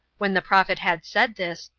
when the prophet had said this,